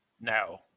No